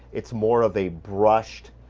it's more of a brushed,